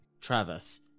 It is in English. Travis